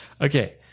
Okay